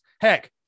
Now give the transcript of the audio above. heck